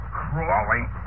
crawling